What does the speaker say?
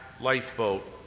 lifeboat